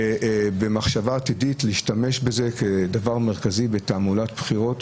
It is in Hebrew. מתוך מחשבה עתידית להשתמש בזה כדבר מרכזי בתעמולת בחירות,